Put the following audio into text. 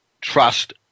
trust